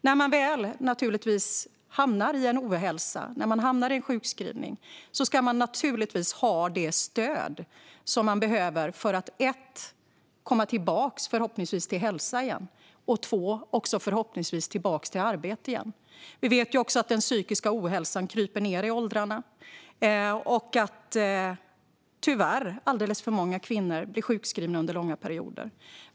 När man hamnar i ohälsa och sjukskrivning ska man naturligtvis ha det stöd som man behöver för att för det första, förhoppningsvis, komma tillbaka till hälsa igen och för det andra, förhoppningsvis, komma tillbaka till arbete igen. Vi vet att den psykiska ohälsan kryper ned i åldrarna och att alldeles för många kvinnor tyvärr blir sjukskrivna under långa perioder.